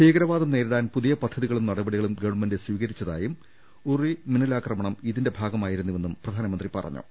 ഭീകരവാദം നേരിടാൻ പുതിയ പദ്ധതികളും നടപടികളും ഗവൺമെന്റ് സ്വീകരിച്ചതായും ഉറി മിന്ന ലാക്രമണം ഇതിന്റെ ഭാഗമായിരുന്നുവെന്നും പ്രധാനമന്ത്രി പറഞ്ഞു